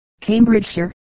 Cambridgeshire